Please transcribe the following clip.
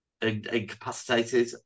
incapacitated